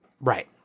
Right